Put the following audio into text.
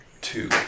two